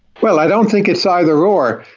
well, i don't think it's either or.